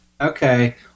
Okay